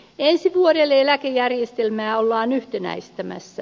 ensi vuodelle eläkejärjestelmää ollaan yhtenäistämässä